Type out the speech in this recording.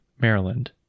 Maryland